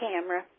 camera